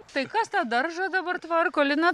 tai kas tą daržą dabar tvarko lina